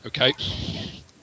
Okay